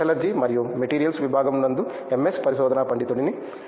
నేను మెటలర్జీ మరియు మెటీరియల్స్ విభాగం నందు ఎంఎస్ పరిశోధనా పండితుడిని